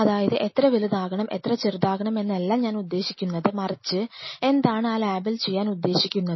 അതായത് എത്ര വലുതാകണം എത്ര ചെറുതാകണം എന്നല്ല ഞാനുദ്ദേശിക്കുന്നത് മറിച്ച് എന്താണ് ആ ലാബിൽ ചെയ്യാൻ ഉദ്ദേശിക്കുന്നത്